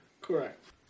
Correct